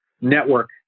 network